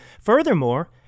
Furthermore